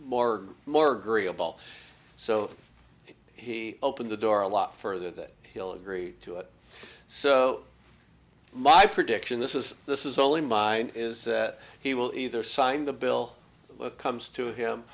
more more grio ball so he opened the door a lot further that he'll agree to it so my prediction this is this is only mine is that he will either sign the bill comes to him